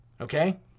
okay